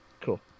Cool